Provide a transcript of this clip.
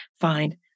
find